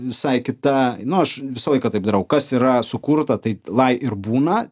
visai kita nu aš visą laiką taip darau kas yra sukurta tai lai ir būna